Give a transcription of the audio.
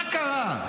מה קרה?